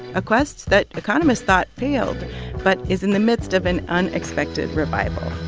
a quest that economists thought failed but is in the midst of an unexpected revival